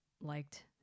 liked